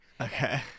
Okay